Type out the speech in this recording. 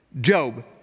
Job